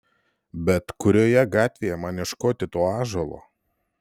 bet kurioje gatvėje man ieškoti to ąžuolo